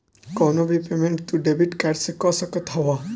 कवनो भी पेमेंट तू डेबिट कार्ड से कअ सकत हवअ